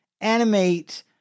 animate